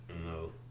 No